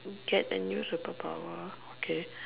get a new superpower okay